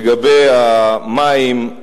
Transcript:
לגבי המים,